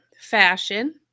fashion